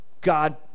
God